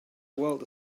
world